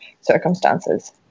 circumstances